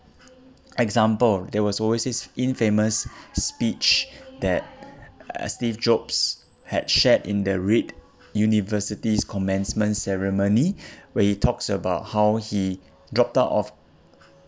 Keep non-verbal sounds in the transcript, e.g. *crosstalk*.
example there was always this infamous speech that steve jobs had shared in the reed university's commencement ceremony *breath* where he talks about how he dropped out of